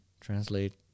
Translate